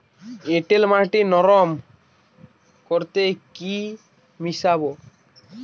এঁটেল মাটি নরম করতে কি মিশাব?